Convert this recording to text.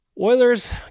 Oilers